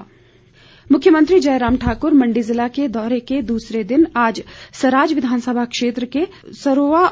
मख्यमंत्री मुख्यमंत्री जयराम ठाकुर मंडी जिले के दौरे के दूसरे दिन आज सराज विधानसभा क्षेत्र में सरोआ